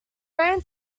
ran